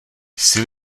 jsi